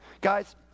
Guys